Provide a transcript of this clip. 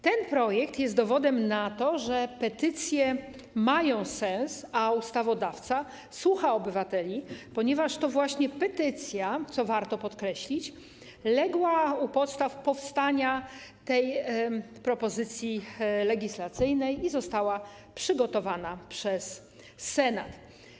Ten projekt jest dowodem na to, że petycje mają sens, a ustawodawca słucha obywateli, ponieważ to właśnie petycja, co warto podkreślić, legła u podstaw powstania tej propozycji legislacyjnej, która została przygotowana przez Senat.